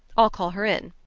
i'll call her in.